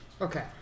Okay